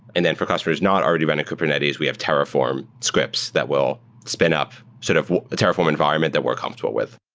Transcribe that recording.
and then for customer not already running kubernetes, we have terraform scripts that will spin up sort of a terraform environment that we're comfortable with.